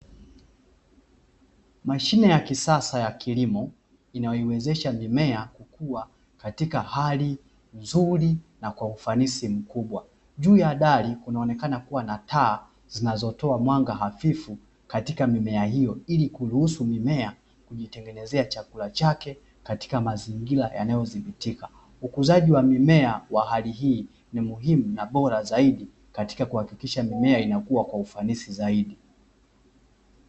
Mashine ya kisasa ya kilimo inayoiwezesha mimea kwa katika hali nzuri na kwa ufanisi mkubwa juu ya dari unaonekana kuwa na taa zinazotoa mwanga hafifu katika mimea hiyo, ili kuruhusu mimea itengenezea chakula chake katika mazingira yanayodhibitika ukuzaji wa mimea wa hali hii na bora zaidi katika kuhakikisha mimea inakuwa kwa ufanisi zaidi.